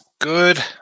Good